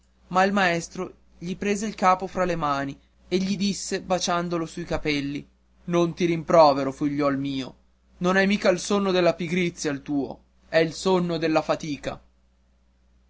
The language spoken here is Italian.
ma il maestro gli prese il capo fra le mani e gli disse baciandolo sui capelli non ti rimprovero figliuol mio non è mica il sonno della pigrizia il tuo è il sonno della fatica